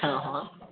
हा हा